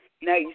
Now